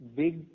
big